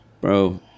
bro